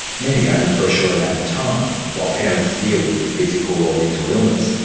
many only for a short amount of time, while parents deal with physical or mental illness,